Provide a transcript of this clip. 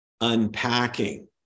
unpacking